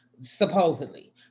supposedly